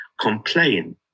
complain